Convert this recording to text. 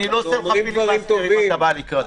אני לא עושה לך פיליבסטר אם אתה בא לקראתי.